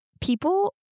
people